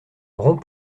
rond